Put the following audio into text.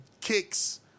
kicks